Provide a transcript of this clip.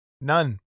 None